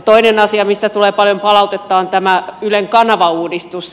toinen asia mistä tulee paljon palautetta on tämä ylen kanavauudistus